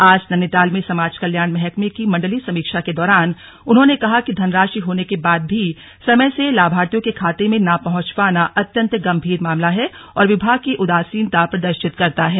आज नैनीताल में समाज कल्याण महकमे की मण्डलीय समीक्षा के दौरान उन्होंने कहा कि धनराशि होने के बाद भी समय से लाभार्थियों के खाते में न पहुंच पाना अत्यन्त गंभीर मामला है और विभाग की उदासीनता प्र दर्शित करता है